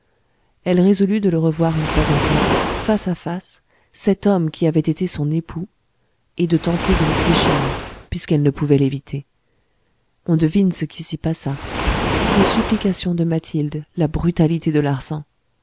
elle résolut de le revoir une fois encore face à face cet homme qui avait été son époux et de tenter de le fléchir on devine ce qui s'y passa les supplications de mathilde la brutalité de